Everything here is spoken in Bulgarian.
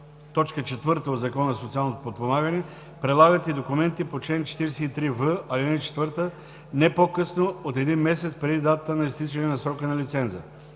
т. 4 от Закона за социално подпомагане прилагат и документите по чл. 43в, ал. 4 не по-късно от един месец преди датата на изтичане на срока на лиценза.“;